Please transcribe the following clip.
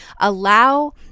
Allow